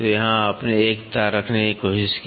तो यहाँ आपने एक तार रखने की कोशिश की